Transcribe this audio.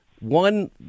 one